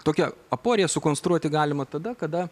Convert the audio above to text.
tokia aporiją sukonstruoti galima tada kada